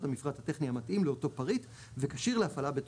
המפרט הטכני המתאים לאותו פריט וכשיר להפעלה בטוחה.".